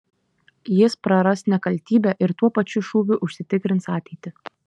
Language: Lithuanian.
jis praras nekaltybę ir tuo pačiu šūviu užsitikrins ateitį